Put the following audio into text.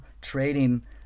trading